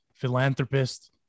philanthropist